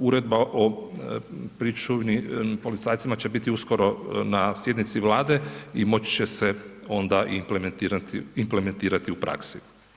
uredba o pričuvnim policajcima će biti uskoro na sjednici Vlade i moći će se onda i implementirati u praksi.